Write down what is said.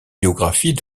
biographies